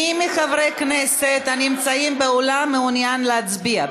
מי מחברי הכנסת הנמצאים באולם מעוניין להצביע?